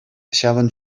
ҫавӑн